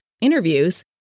interviews